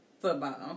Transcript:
football